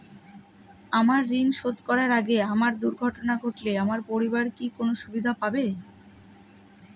আমার ঋণ শোধ করার আগে আমার দুর্ঘটনা ঘটলে আমার পরিবার কি কোনো সুবিধে পাবে?